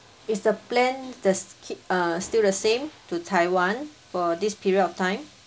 is the plan the sk~ err still the same to taiwan for this period of time